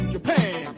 Japan